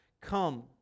Come